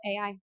AI